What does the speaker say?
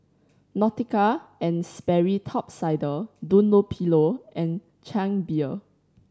Nautica and Sperry Top Sider Dunlopillo and Chang Beer